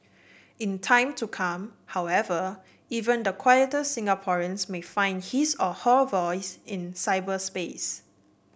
in time to come however even the quieter Singaporeans may find his or her voice in cyberspace